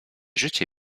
życie